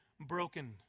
broken